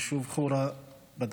ביישוב חורה בדרום,